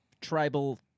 tribal